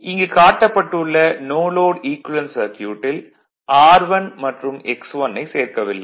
இங்கு காட்டப்பட்டுள்ள no load equivalent சர்க்யூட்டில் R1 மற்றும் X1 ஐ சேர்க்கவில்லை